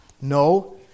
No